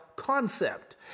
concept